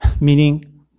Meaning